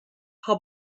how